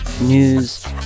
news